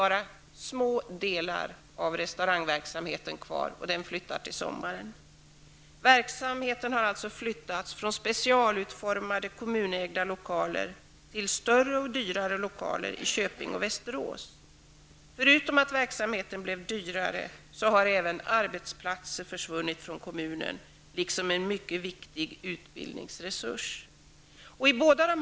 Endast små delar av restaurangverksamheten finns kvar, och denna kommer att flyttas till sommaren. Verksamheten har alltså flyttats från specialutformade kommunägda lokaler till större och dyrare lokaler i Köping och Västerås. Förutom att verksamheten har blivit dyrare har alltså dessutom arbetsplaster och tillika en mycket viktig utbildningsresurs försvunnit från kommunen.